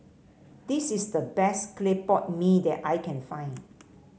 this is the best Clay Pot Mee that I can find